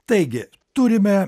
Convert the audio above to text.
taigi turime